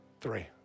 three